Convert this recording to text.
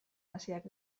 hasiak